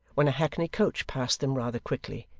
when a hackney-coach passed them rather quickly,